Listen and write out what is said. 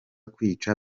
kwica